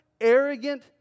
arrogant